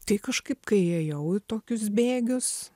tai kažkaip kai įėjau į tokius bėgius